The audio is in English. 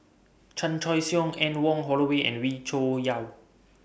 Chan Choy Siong Anne Wong Holloway and Wee Cho Yaw